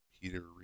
Peter